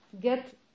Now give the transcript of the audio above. get